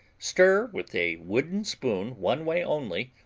stir with a wooden spoon one way only,